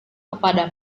kepada